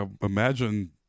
Imagine